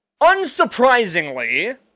unsurprisingly